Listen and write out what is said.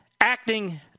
acting